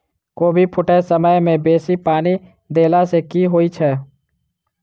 कोबी फूटै समय मे बेसी पानि देला सऽ की होइ छै?